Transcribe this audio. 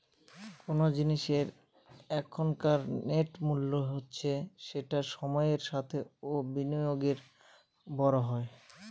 কোন জিনিসের এখনকার নেট মূল্য হচ্ছে যেটা সময়ের সাথে ও বিনিয়োগে বড়ো হয়